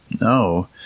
No